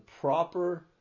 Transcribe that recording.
proper